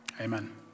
Amen